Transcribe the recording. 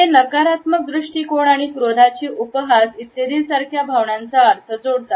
हे नकारात्मक दृष्टीकोन आणि क्रोधाची उपहास इत्यादिसारख्या भावनांचा अर्थ जोडतात